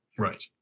Right